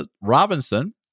Robinson